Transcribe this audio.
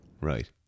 Right